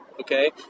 okay